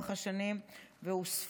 לאורך השנים והוספו